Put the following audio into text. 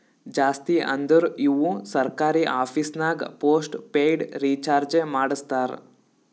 ಜಾಸ್ತಿ ಅಂದುರ್ ಇವು ಸರ್ಕಾರಿ ಆಫೀಸ್ನಾಗ್ ಪೋಸ್ಟ್ ಪೇಯ್ಡ್ ರೀಚಾರ್ಜೆ ಮಾಡಸ್ತಾರ